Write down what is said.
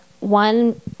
one